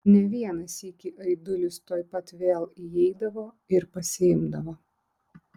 ne vieną sykį aidulis tuoj pat vėl įeidavo ir pasiimdavo